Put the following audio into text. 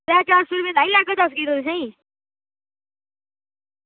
त्रै चार सौ रपे लाई लैगा तुस